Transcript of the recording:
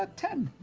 ah ten.